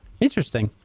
Interesting